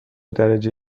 درجه